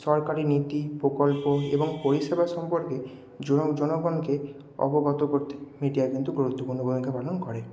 সরকারি নীতি প্রকল্প এবং পরিষেবা সম্পর্কে জনগণকে অবগত করতে মিডিয়া কিন্তু গুরুত্বপূর্ণ ভূমিকা পালন করে